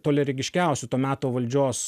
toliaregiškiausių to meto valdžios